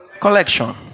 collection